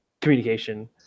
communication